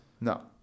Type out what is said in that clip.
No